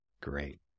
Great